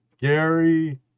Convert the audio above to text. Gary